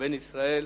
בין ישראל,